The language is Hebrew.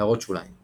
הערות שוליים ==